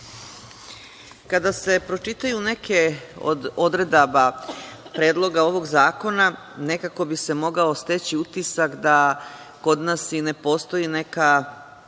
Kada se pročitaju neke od odredaba Predloga ovog zakona, nekako bi se mogao steći utisak da kod nas i ne postoji neki